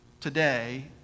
today